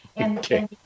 Okay